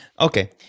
okay